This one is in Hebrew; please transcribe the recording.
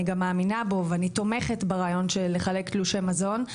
אני גם מאמינה בו ואני תומכת ברעיון של לחלק תלושי מזון,